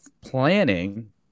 planning